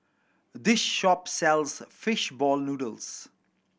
this shop sells fish ball noodles